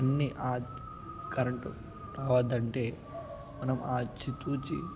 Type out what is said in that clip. అన్ని కరెంటు రావద్దంటే మనం ఆచితూచి